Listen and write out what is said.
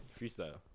freestyle